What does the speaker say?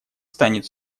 станет